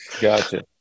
Gotcha